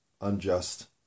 unjust